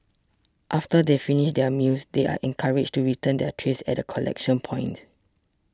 after they finish their meals they are encouraged to return their trays at a collection point